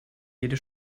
jede